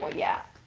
yeah.